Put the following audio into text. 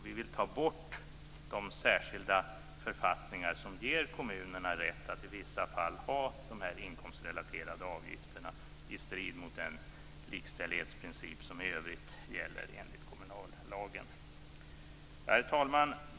Vi vill ta bort den särskilda författning som ger kommunerna rätt att i vissa fall ha inkomstrelaterade avgifter - i strid mot den likställighetsprincip som i övrigt gäller enligt kommunallagen. Herr talman!